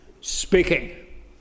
speaking